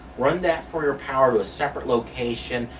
run that for your power to a separate location.